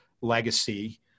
legacy